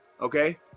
Okay